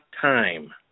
time